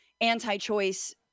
anti-choice